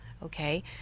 okay